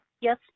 Yes